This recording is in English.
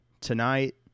tonight